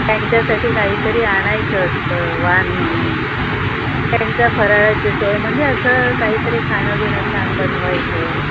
त्यांच्यासाठी काहीतरी आणायचं असतं वाण म्हणून त्यांच्या फराळाची सोय म्हणजे असं काहीतरी खाणं बिणं छान बनवायचं